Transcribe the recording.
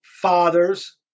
fathers